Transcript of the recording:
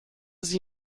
sie